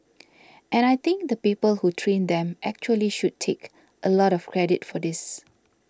and I think the people who trained them actually should take a lot of credit for this